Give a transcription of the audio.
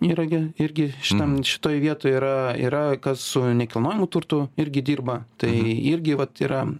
yra gi irgi šitam šitoj vietoj yra yra kas su nekilnojamu turtu irgi dirba tai irgi vat yra